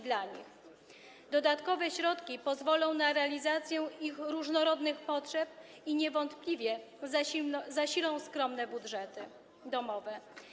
Dodatkowe środki pozwolą na realizację ich różnorodnych potrzeb i niewątpliwie zasilą skromne budżety domowe.